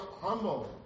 humble